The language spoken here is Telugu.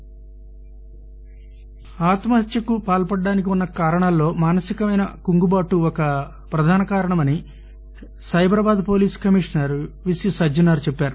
డే ఆత్మహత్యకు పాల్పడటానికి ఉన్న కారణాలలో మానసిక కృంగుబాటు ఒక ప్రధాన కారణమని సైబరాబాద్ పోలీస్ కమిషనర్ విసి సజ్జనార్ చెప్పారు